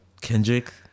Kendrick